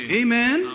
amen